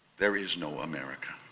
there is no america,